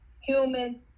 human